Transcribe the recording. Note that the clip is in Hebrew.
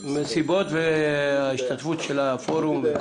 המסיבות ואת ההשתתפות של הפורום.